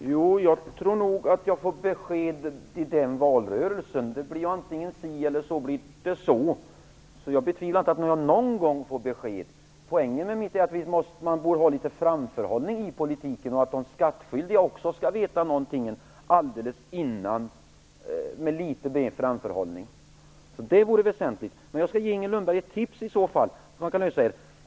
Fru talman! Jag tror nog att jag kommer att få besked till den valrörelsen. Det blir antingen si eller så. Jag betvivlar inte att jag någon gång kommer att få besked. Poängen är att man borde ha litet framförhållning i politiken och att de skattskyldiga också skall veta någonting med litet mer framförhållning. Det vore alltså väsentligt. Jag skall ge Inger Lundberg ett tips.